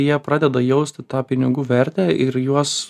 jie pradeda jausti tą pinigų vertę ir juos